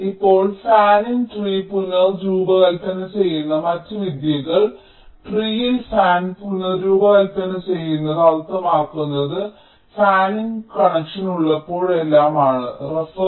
ഇപ്പോൾ ഫാനിൻ ട്രീ പുനർരൂപകൽപ്പന ചെയ്യുന്ന മറ്റ് വിദ്യകൾ ട്രീ ൽ ഫാൻ പുനർരൂപകൽപ്പന ചെയ്യുന്നത് അർത്ഥമാക്കുന്നത് ഫാനിൻ കണക്ഷൻ ഉള്ളപ്പോഴെല്ലാം ആണ്